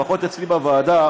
לפחות אצלי בוועדה,